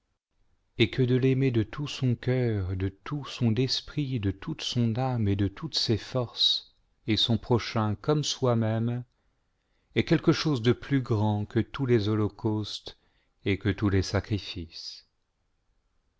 et que de l'aimer de tout son cœur de tout son esprit de toute son âme et de toutes ses forces et son prochain comme soi-même est queque chose de plus grand que tous les holocaustes et que tous les sacrifices